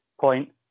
point